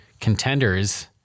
contenders